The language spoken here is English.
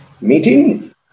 meeting